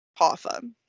Hoffa